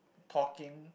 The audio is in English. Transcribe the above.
talking